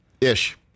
ish